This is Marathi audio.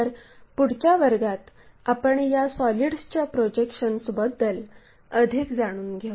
तर पुढच्या वर्गात आपण या सॉलिड्सच्या प्रोजेक्शन्सबद्दल अधिक जाणून घेऊ